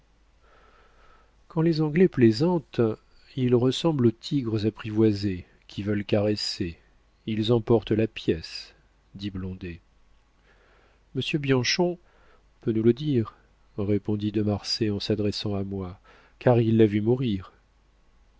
quand les anglais plaisantent ils ressemblent aux tigres apprivoisés qui veulent caresser ils emportent la pièce dit blondet monsieur bianchon peut nous le dire répondit de marsay en s'adressant à moi car il l'a vue mourir